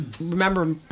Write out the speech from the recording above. remember